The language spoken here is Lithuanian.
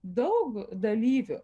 daug dalyvių